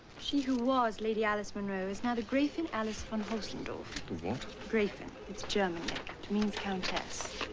she who was lady alice monroe is now the grafin alice von hotzendorf what? grafin it's german. it means countess.